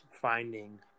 finding